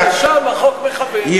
לשם החוק מכוון, פשוט וקל.